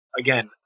again